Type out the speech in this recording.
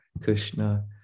Krishna